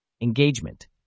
engagement